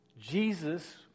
Jesus